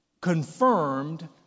confirmed